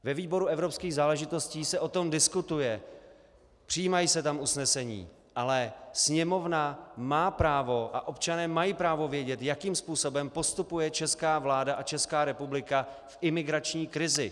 Ve výboru evropských záležitostí se o tom diskutuje, přijímají se tam usnesení, ale Sněmovna má právo a občané mají právo vědět, jakým způsobem postupuje česká vláda a Česká republika v imigrační krizi.